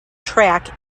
track